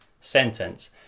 sentence